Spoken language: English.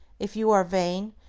if you are vain,